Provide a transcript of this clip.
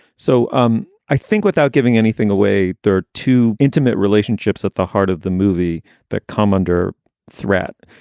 so um i think without giving anything away, there are two intimate relationships at the heart of the movie that come under threat.